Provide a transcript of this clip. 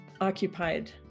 occupied